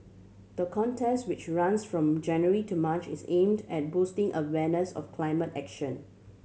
the contest which runs from January to March is aimed at boosting awareness of climate action